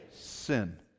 Sin